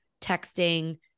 texting